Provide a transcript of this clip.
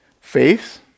faith